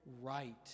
right